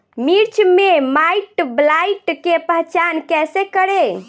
मिर्च मे माईटब्लाइट के पहचान कैसे करे?